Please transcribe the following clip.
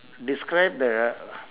describe the